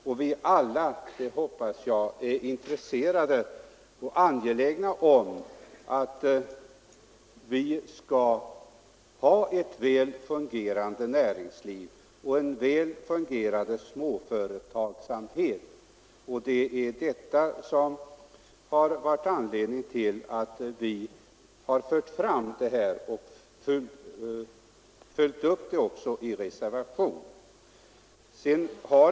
Vi är alla, det hoppas jag, intresserade av och angelägna om att vi skall ha ett väl fungerande näringsliv och en väl fungerande småföretagsamhet. Det är det som är anledningen till att vi har fört fram vårt förslag och följt upp det i reservation.